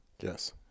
Yes